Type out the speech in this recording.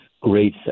great